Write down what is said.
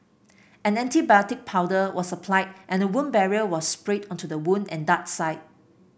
an antibiotic powder was applied and a wound barrier was sprayed onto the wound and dart site